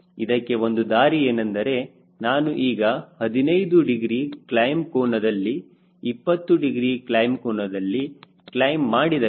ಇದಕ್ಕೆ ಒಂದು ದಾರಿ ಏನೆಂದರೆ ನಾನು ಈಗ 15 ಡಿಗ್ರಿ ಕ್ಲೈಮ್ ಕೋನ ದಲ್ಲಿ 20 ಡಿಗ್ರಿ ಕ್ಲೈಮ್ ಕೋನ ದಲ್ಲಿ ಕ್ಲೈಮ್ ಮಾಡಿದರೆ